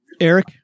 Eric